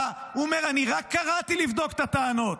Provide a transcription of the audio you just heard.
הוא אומר: אני רק קראתי, לבדוק את הטענות.